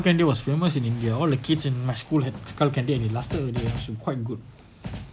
skull candy was famous in india all the kids in my school has skull candy and it lasted a year it's quite good